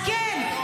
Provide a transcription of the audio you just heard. אז כן,